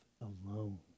alone